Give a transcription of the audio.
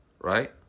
Right